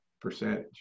percentage